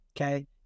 Okay